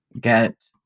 get